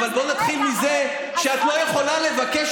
אבל בואי נתחיל מזה שאת לא יכולה לבקש